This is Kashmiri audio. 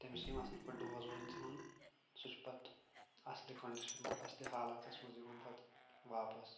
تٔمِس چھِ یِم اَصٕل پٲٹھۍ ڈوز ووز دِوان سُہ چھُ پَتہٕ اَصلہِ کنٛڈِشن منٛز اَصلہِ حالاتس منٛز یِوان پَتہٕ واپَس